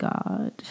God